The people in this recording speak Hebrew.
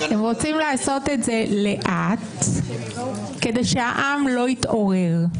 רוצים לעשות את זה לאט כדי שהעם לא יתעורר.